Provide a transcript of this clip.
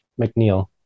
McNeil